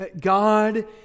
God